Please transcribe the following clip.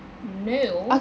no